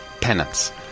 Penance